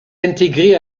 intégré